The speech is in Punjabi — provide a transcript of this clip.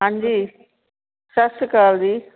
ਹਾਂਜੀ ਸਤਿ ਸ਼੍ਰੀ ਅਕਾਲ ਜੀ